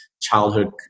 childhood